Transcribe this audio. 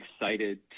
excited